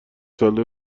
ساله